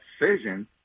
decision